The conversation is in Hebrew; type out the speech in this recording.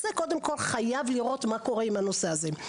אז זה קודם כל חייב לראות מה קורה עם הנושא הזה.